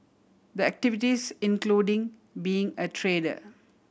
the activities including being a trader